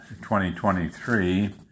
2023